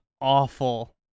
awful